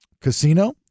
Casino